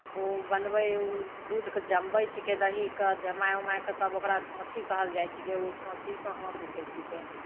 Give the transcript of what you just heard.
ओ बनबै दूधकेँ जमबै छिकै दहीकेँ जमाइ उमाइ कऽ तब ओकरा छाँछी कहल जाइ छिकै ओ छाँछीसँ हाथ उठै छिकै